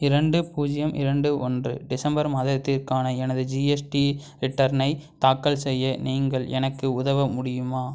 இரண்டு பூஜ்ஜியம் இரண்டு ஒன்று டிசம்பர் மாதத்திற்கான எனது ஜிஎஸ்டி ரிட்டர்னை தாக்கல் செய்ய நீங்கள் எனக்கு உதவ முடியுமா